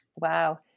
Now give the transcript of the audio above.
Wow